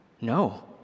no